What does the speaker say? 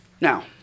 Now